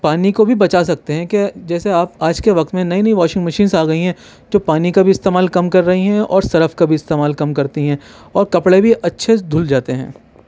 پانی کو بھی بچا سکتے ہیں کہ جیسے آپ آج کے وقت میں نئی نئی واشنگ مشینس آ گئی ہیں جو پانی کا بھی استعمال کم کر رہی ہیں اور صرف کا بھی استعمال کم کرتی ہیں اور کپڑے بھی اچھے دھل جاتے ہیں